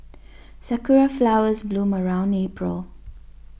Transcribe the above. sakura flowers bloom around April